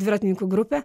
dviratininkų grupę